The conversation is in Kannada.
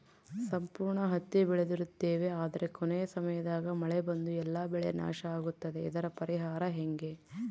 ಸಂಪೂರ್ಣ ಹತ್ತಿ ಬೆಳೆದಿರುತ್ತೇವೆ ಆದರೆ ಕೊನೆಯ ಸಮಯದಾಗ ಮಳೆ ಬಂದು ಎಲ್ಲಾ ಬೆಳೆ ನಾಶ ಆಗುತ್ತದೆ ಇದರ ಪರಿಹಾರ ಹೆಂಗೆ?